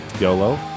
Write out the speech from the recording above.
YOLO